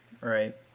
Right